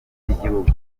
by’igihugu